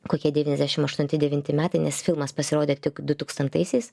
kokie devyniasdešimt aštunti devinti metai nes filmas pasirodė tik du tūkstantaisiais